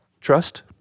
Trust